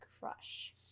crush